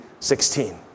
16